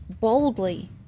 boldly